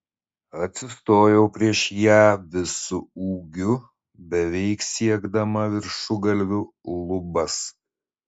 atsistojau prieš ją visu ūgiu beveik siekdama viršugalviu lubas